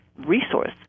resource